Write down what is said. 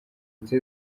uti